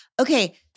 Okay